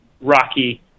rocky